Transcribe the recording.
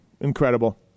Incredible